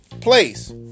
place